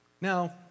Now